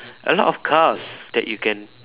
a lot of cars that you can